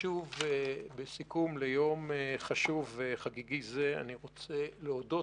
בסיכום ליום חשוב וחגיגי זה אני רוצה להודות